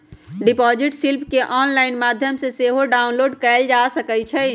deposit slip केंऑनलाइन माध्यम से सेहो डाउनलोड कएल जा सकइ छइ